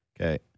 Okay